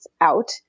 out